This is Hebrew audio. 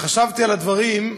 חשבתי על הדברים,